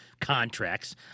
contracts